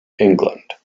england